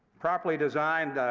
properly designed,